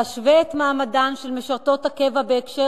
תשווה את מעמדן של משרתות הקבע בהקשר